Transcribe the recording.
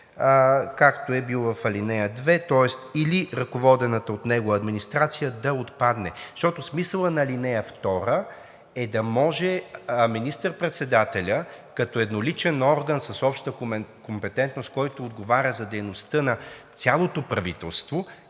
както е бил в ал. 2, тоест „или ръководената от него администрация“ да отпадне. Смисълът на ал. 2 е да може министър председателят като едноличен орган с обща компетентност, който отговаря за дейността на цялото правителство,